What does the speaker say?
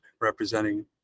representing